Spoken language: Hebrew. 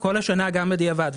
כל השנה גם בדיעבד.